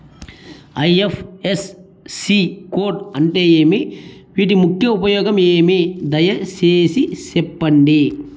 IFSC code అంటే ఏమి? వీటి ముఖ్య ఉపయోగం ఏమి? దయసేసి సెప్పండి?